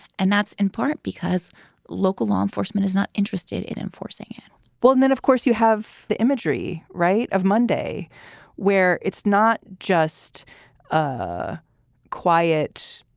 and that's in part because local law enforcement is not interested in enforcing it well, and then, of course, you have the imagery right of monday where it's not just a a quiet,